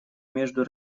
между